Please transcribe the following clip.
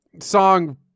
song